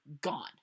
gone